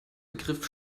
begriff